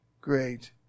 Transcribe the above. great